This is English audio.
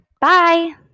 Bye